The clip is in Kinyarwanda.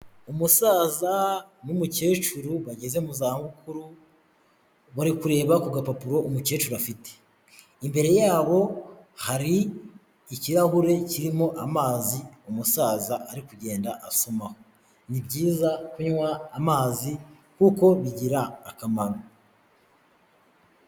Umusaza n'umukecuru bageze mu zabukuru bari kureba ku gapapuro umukecuru afite, imbere yabo hari ikirahure kirimo amazi, umusaza ari kugenda asomaho nibyiza kunywa amazi nkuko bigira akamaro.